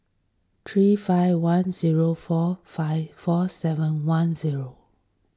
three five one zero four five four seven one zero